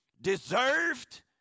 deserved